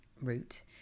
route